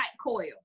coil